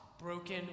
broken